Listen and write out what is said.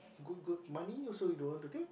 good good money you also don't want to take